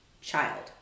child